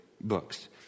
books